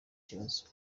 kibazo